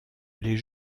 les